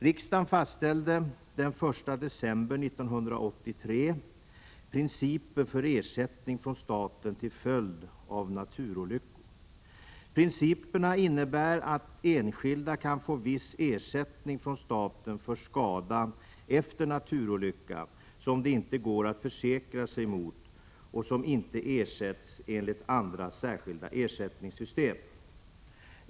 Riksdagen fastställde den 1 december 1983 principer för ersättning från staten till följd av naturolyckor. Principerna innebär att enskilda kan få viss ersättning från staten för skada efter naturolycka som det inte går att försäkra sig mot och som inte ersätts enligt andra särskilda ersättningssystem.